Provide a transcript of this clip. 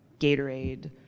Gatorade